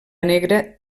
negra